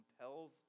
compels